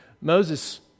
Moses